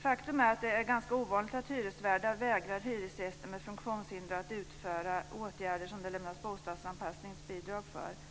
Faktum är att det är ganska ovanligt att hyresvärdar vägrar hyresgäster med funktionshinder att utföra åtgärder som det lämnas bostadsanpassningsbidrag för.